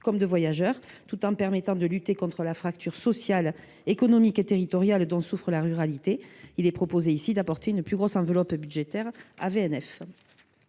ou des voyageurs, et pour lutter contre la fracture sociale, économique et territoriale dont souffre la ruralité, nous proposons d’apporter une plus grosse enveloppe budgétaire à VNF.